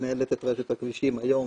לנהל את רשת הכבישים, היום